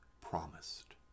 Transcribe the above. promised